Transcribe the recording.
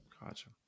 Gotcha